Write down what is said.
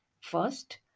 First